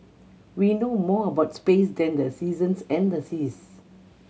we know more about space than the seasons and the seas